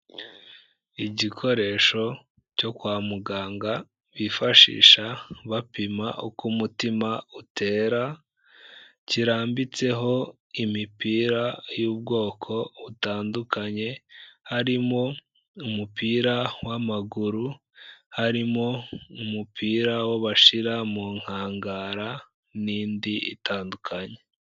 Igikoresho cyo kwa muganga bifashisha bapima uko umutima utera, kirambitseho imipira y'ubwoko butandukanye harimo umupira w'amaguru, harimo umupira wo bashyira mu nkangara n'indi itandukanye.